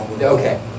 Okay